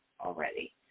already